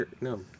No